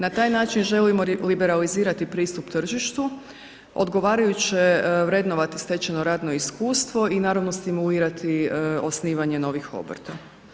Na taj način želimo liberalizirati pristup tržištu, odgovarajuće vrednovati stečeno radno iskustvo i naravno, stimulirati osnivanje novih obrta.